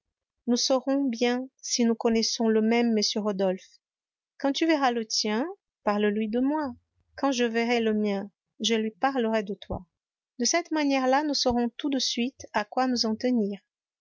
nous saurons bien si nous connaissons le même m rodolphe quand tu verras le tien parle lui de moi quand je verrai le mien je lui parlerai de toi de cette manière-là nous saurons tout de suite à quoi nous en tenir